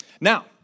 Now